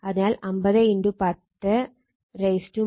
അതിനാൽ 50 10 4 m2